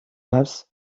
maps